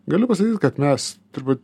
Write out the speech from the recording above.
galiu pasakyt kad mes turbūt